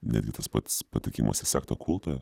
netgi tas pats patekimas į sektą kultą